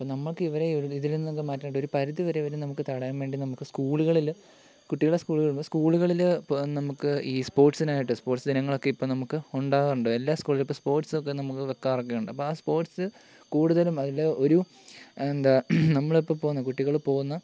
അപ്പോൾ നമുക്ക് ഇവരെ ഇതിൽ നിന്നൊക്കെ മാറ്റാനായിട്ട് ഒരു പരിധി വരെ ഇവരെ നമുക്ക് തടയാൻ വേണ്ടി നമുക്ക് സ്കൂളുകളിൽ കുട്ടികളെ സ്കൂളിൽ വിടുന്ന സ്കൂളുകളിൽ ഇപ്പോൾ നമുക്ക് ഈ സ്പോർട്സിനായിട്ട് സ്പോർട്സ് ദിനങ്ങളൊക്കെ ഇപ്പോൾ നമുക്ക് ഉണ്ടാവാറുണ്ട് എല്ലാ സ്കൂളുകളിലും ഇപ്പോൾ സ്പോർട്സ് ഒക്കെ നമുക്ക് വെയ്ക്കാറൊക്കെ ഉണ്ട് അപ്പോൾ ആ സ്പോർട്സ് കൂടുതലും അതിൽ ഒരു എന്താ നമ്മളിപ്പോൾ പോന്ന കുട്ടികൾ പോകുന്ന